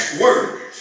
words